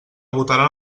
votaran